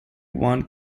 one